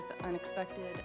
unexpected